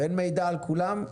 ואין מידע על כולם,